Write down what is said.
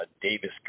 Davis